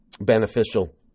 beneficial